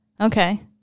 Okay